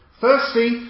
Firstly